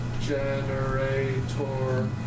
generator